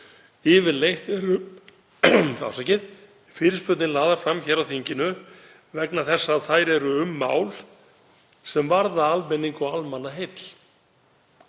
Yfirleitt eru fyrirspurnir lagðar fram hér á þinginu vegna þess að þær eru um mál sem varða almenning og almannaheill.